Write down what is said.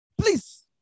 Please